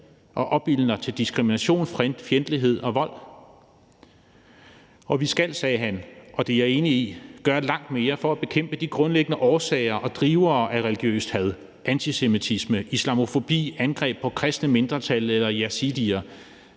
og opildner til diskrimination, fjendtlighed og vold, og vi skal – sagde han, og det er jeg enig i – gøre langt mere for at bekæmpe de grundlæggende årsager og drivere af religiøst had, antisemitisme, islamofobi, angreb på kristne mindretal eller yazidier.